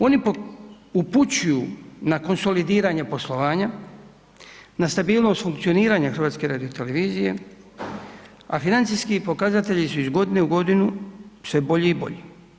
Oni upućuju na konsolidiranje poslovanja, na stabilnost funkcioniranja HRT-a a financijski pokazatelji su iz godine u godinu sve bolji i bolji.